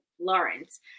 Lawrence